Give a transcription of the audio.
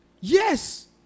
Yes